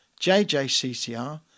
JJCCR